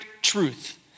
truth